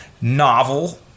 novel